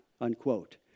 unquote